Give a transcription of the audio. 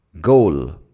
goal